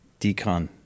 Decon